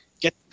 get